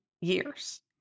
years